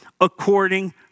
according